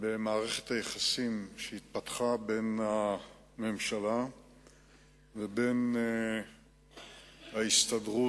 במערכת היחסים שהתפתחה בין הממשלה לבין ההסתדרות,